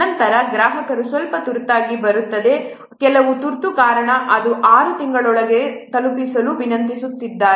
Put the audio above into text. ನಂತರ ಗ್ರಾಹಕರು ಸ್ವಲ್ಪ ತುರ್ತಾಗಿ ಬರುತ್ತಾರೆ ಕೆಲವು ತುರ್ತು ಕಾರಣ ಅವರು ಅದನ್ನು 6 ತಿಂಗಳೊಳಗೆ ತಲುಪಿಸಲು ವಿನಂತಿಸುತ್ತಿದ್ದಾರೆ